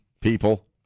people